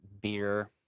Beer